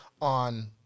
on